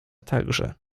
także